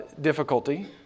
difficulty